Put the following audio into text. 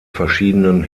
verschiedenen